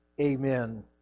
Amen